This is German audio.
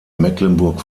mecklenburg